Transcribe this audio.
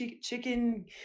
chicken